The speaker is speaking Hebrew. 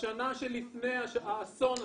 בשנה שלפני האסון הזה,